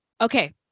okay